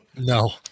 No